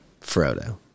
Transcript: Frodo